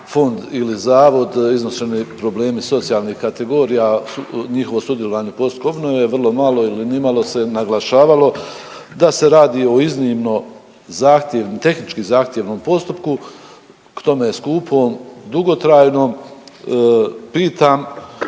fond ili zavod, iznošeni problemi socijalnih kategorija, njihovo sudjelovanje u postupku obnove, vrlo malo ili nimalo se naglašavalo da se radu i iznimno zahtjevnom, tehnički zahtjevnom postupku k tome skupom, dugotrajnom. Pitam